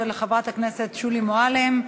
של חברת הכנסת שולי מועלם,